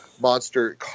monster